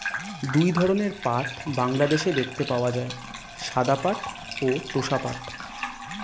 দুই ধরনের পাট বাংলাদেশে দেখতে পাওয়া যায়, সাদা পাট ও তোষা পাট